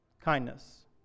kindness